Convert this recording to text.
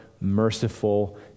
merciful